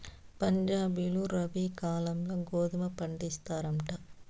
పంజాబీలు రబీ కాలంల గోధుమ పండిస్తారంట